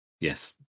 Yes